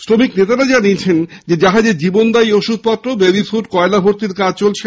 শ্রমিক নেতারা জানিয়েছেন জাহাজে জীবনদায়ী ওষুধ বেবিফুড কয়লা ভর্তির কাজ চলছে